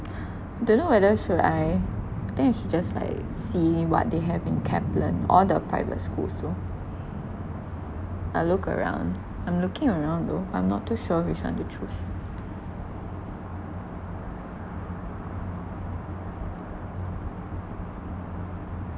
don't know whether should I I think I should just like see what they have in Kaplan all the private schools also I'll look around I'm looking around though I'm not too sure which one to choose